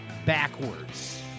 Backwards